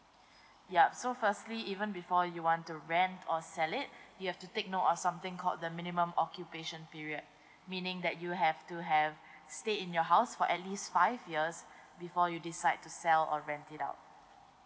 yup so firstly even before you want to rent or sell it you have to take note of something called the minimum occupation period meaning that you have to have stayed in your house for at least five years before you decide to sell or rent it out